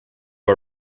are